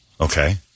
Okay